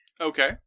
Okay